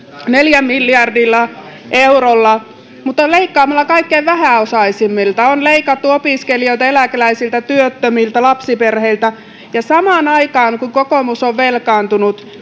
neljällä miljardilla eurolla mutta leikkaamalla kaikkein vähäosaisimmilta on leikattu opiskelijoilta eläkeläisiltä työttömiltä lapsiperheiltä ja samaan aikaan kun valtio on velkaantunut